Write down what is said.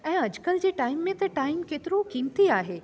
ऐं अॼुकल्ह जे टाइम में त टाइम केतिरो क़ीमती आहे